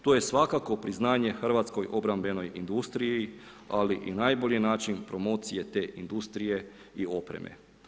To je svakako priznanje hrvatskoj obrambenoj industriji ali i najbolji način promocije te industrije i opreme.